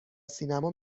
سینما